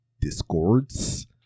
Discords